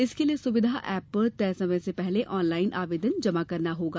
इसके लिये सुविधा ऐप पर तय समय से पहले आनलाइन आवेदन करना होगा